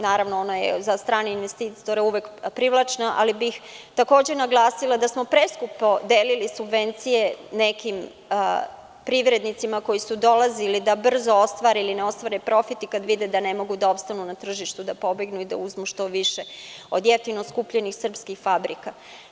Naravno, ona je za strane investitore uvek privlačna, ali bih takođe naglasila da smo preskupo delili subvencije nekim privrednicima koji su dolazili da brzo ostvare ili ne ostvare profit i kada vide da ne mogu da opstanu na tržištu, da pobegnu i da uzmu što više od jeftino kupljenih srpskih fabrika.